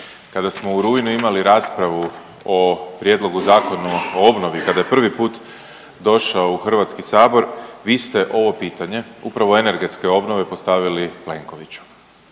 kada smo u rujnu imali raspravu o prijedlogu Zakona o obnovi, kada je prvi put došao u HS, vi ste ovo pitanje upravo energetske obnove postavili Plenkoviću